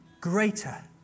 greater